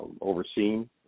overseen